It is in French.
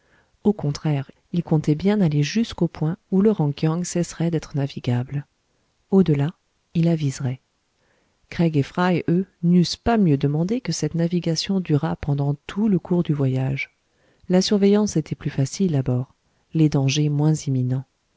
au contraire il comptait bien aller jusqu'au point où le ran kiang cesserait d'être navigable au-delà il aviserait craig et fry eux n'eussent pas mieux demandé que cette navigation durât pendant tout le cours du voyage la surveillance était plus facile à bord les dangers moins imminents